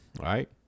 right